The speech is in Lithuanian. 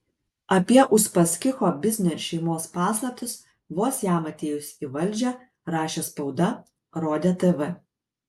apie uspaskicho biznio ir šeimos paslaptis vos jam atėjus į valdžią rašė spauda rodė tv